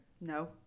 no